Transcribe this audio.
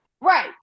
Right